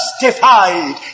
justified